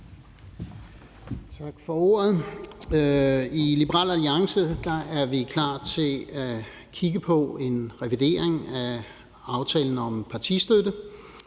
Tak for ordet. I Liberal Alliance er vi klar til at kigge på en revidering af aftalen om partistøtte,